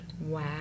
Wow